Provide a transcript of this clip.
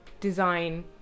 design